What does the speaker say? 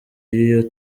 y’iyo